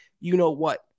you-know-what